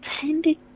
tended